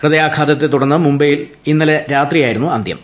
ഹൃദയാഘാതത്തെ തുടർന്ന് മുംബൈയിൽ ഇന്നലെ രാത്രിയായിരുന്നു അന്ത്യം